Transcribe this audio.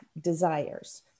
desires